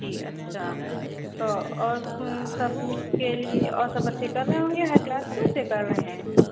जी अच्छा तो और सब के लिए और सब बच्चे कर रहे होंगे हाई क्लास के बच्चे कर रहे हैं